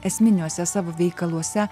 esminiuose savo veikaluose